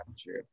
true